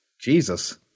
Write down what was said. Jesus